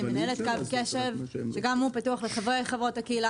אני מנהלת קו קשב שפתוח לחבריי וחברות הקהילה,